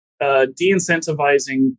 de-incentivizing